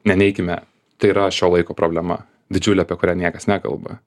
neneikime tai yra šio laiko problema didžiulė apie kurią niekas nekalba